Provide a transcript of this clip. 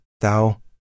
thou